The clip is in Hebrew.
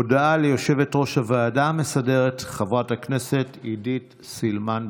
הודעה ליושבת-ראש הוועדה המסדרת חברת הכנסת עידית סילמן,